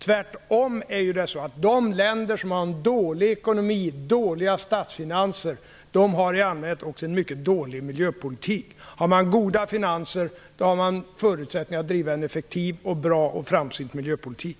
Tvärtom har de länder som har en dålig ekonomi och dåliga statsfinanser i allmänhet också en mycket dålig miljöpolitik. Har man goda finanser har man förutsättningar att driva en effektiv, bra och framsynt miljöpolitik.